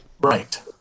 right